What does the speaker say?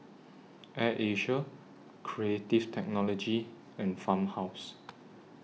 Air Asia Creative Technology and Farmhouse